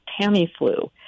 Tamiflu